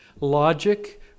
Logic